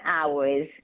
hours